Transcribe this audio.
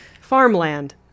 Farmland